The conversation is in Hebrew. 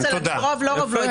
אני לא יודעת אם רוב או לא רוב.